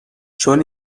چون